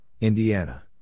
Indiana